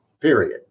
period